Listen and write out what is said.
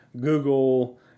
Google